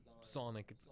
Sonic